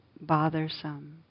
bothersome